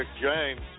James